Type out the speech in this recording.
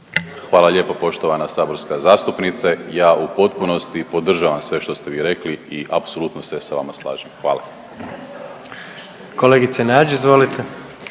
Hvala lijepo poštovana saborska zastupnice. Ja u potpunosti podržavam sve što ste vi rekli i apsolutno se sa vama slažem. Hvala. **Jandroković,